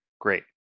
great